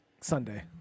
Sunday